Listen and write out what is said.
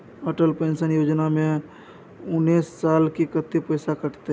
Atal pension योजना में उनैस साल के कत्ते पैसा कटते?